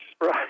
Right